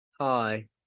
Hi